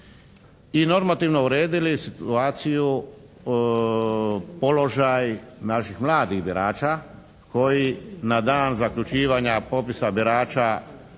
i normativno uredili situaciju položaj naših mladih birača koji na dan zaključivanja popisa birača